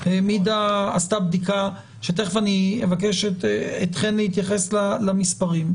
עשתה בדיקה, ותיכף אבקש אתכן להתייחס למספרים.